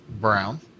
Brown